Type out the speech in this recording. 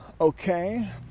Okay